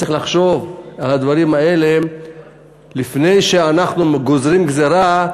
צריך לחשוב על הדברים האלה לפני שאנחנו גוזרים גזירה,